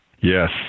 Yes